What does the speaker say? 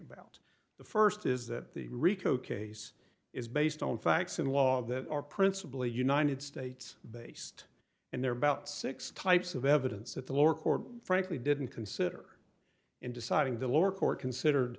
about the first is that the rico case is based on facts and law that are principally united states based and there about six types of evidence that the lower court frankly didn't consider in deciding the lower court considered